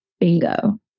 Bingo